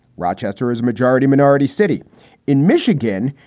rochester is majority minority city in michigan.